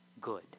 good